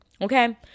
Okay